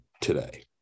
today